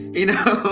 you know.